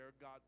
God